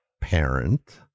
parent